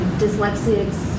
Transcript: dyslexics